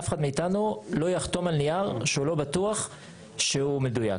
אף אחד מאיתנו לא יחתום על נייר שהוא לא בטוח שהוא מדויק.